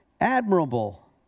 admirable